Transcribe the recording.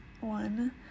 one